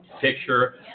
picture